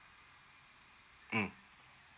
mm